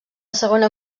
segona